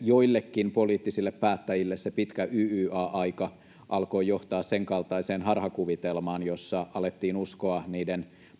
joillekin poliittisille päättäjille se pitkä YYA-aika alkoi johtaa senkaltaiseen harhakuvitelmaan, jossa alettiin uskoa niiden pakon